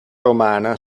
romana